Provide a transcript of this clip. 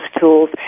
tools